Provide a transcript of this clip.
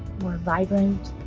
more vibrant,